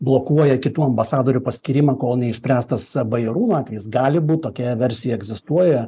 blokuoja kitų ambasadorių paskyrimą kol neišspręstas bajerūno atvejis gali būt tokia versija egzistuoja